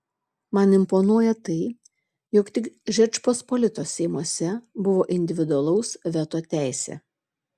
man imponuoja tai jog tik žečpospolitos seimuose buvo individualaus veto teisė